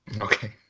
Okay